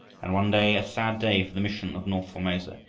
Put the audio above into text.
and one day, a sad day for the mission of north formosa,